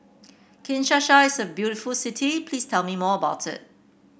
Kinshasa is a very beautiful city please tell me more about it